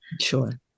Sure